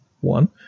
One